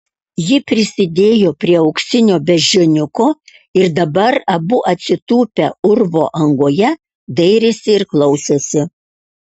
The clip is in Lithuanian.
ji prisidėjo prie auksinio beždžioniuko ir dabar abu atsitūpę urvo angoje dairėsi ir klausėsi